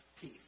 peace